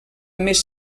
més